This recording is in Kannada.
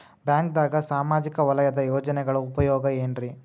ಬ್ಯಾಂಕ್ದಾಗ ಸಾಮಾಜಿಕ ವಲಯದ ಯೋಜನೆಗಳ ಉಪಯೋಗ ಏನ್ರೀ?